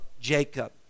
Jacob